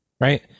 right